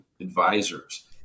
advisors